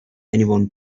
anyone